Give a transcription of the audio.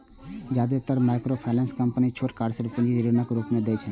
जादेतर microfinance company छोट कार्यशील पूंजी ऋणक रूप मे दै छै